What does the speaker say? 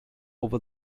over